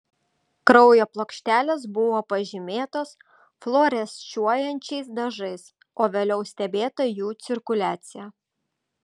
kraujo plokštelės buvo pažymėtos fluorescuojančiais dažais o vėliau stebėta jų cirkuliacija